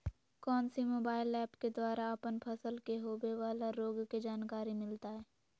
कौन सी mobile app के द्वारा अपन फसल के होबे बाला रोग के जानकारी मिलताय?